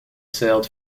sailed